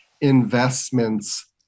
investments